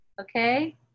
Okay